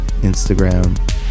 Instagram